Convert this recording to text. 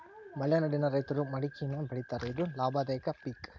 ಮಲೆನಾಡಿನ ರೈತರು ಮಡಕಿನಾ ಬೆಳಿತಾರ ಇದು ಲಾಭದಾಯಕ ಪಿಕ್